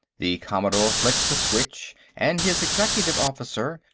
the commodore flicked the switch, and his executive officer,